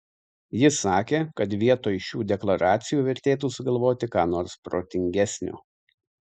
jis sakė kad vietoj šių deklaracijų vertėtų sugalvoti ką nors protingesnio